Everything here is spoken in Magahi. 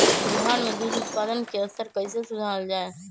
बिहार में दूध उत्पादन के स्तर कइसे सुधारल जाय